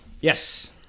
Yes